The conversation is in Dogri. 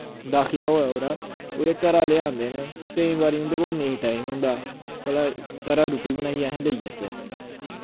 दाखला होऐ ओह्दा ओह्दे घरा आह्ले आंदे न केईं बारी उं'दे कोल नेईं टाइम होंदा भला घरा रुट्टी बनाइयै असीं लेई जाचै